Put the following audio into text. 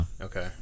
Okay